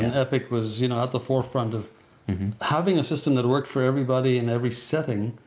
and epic was you know at the forefront of having a system that worked for everybody in every setting,